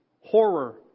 Horror